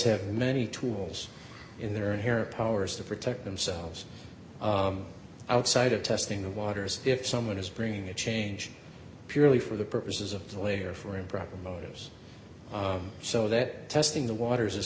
have many tools in their inherent powers to protect themselves outside of testing the waters if someone is bringing a change purely for the purposes of the layer for improper motives so that testing the waters is